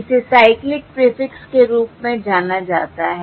इसे cyclic prefix के रूप में जाना जाता है